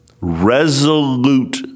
resolute